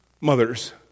mothers